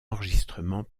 enregistrement